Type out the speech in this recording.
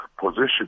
position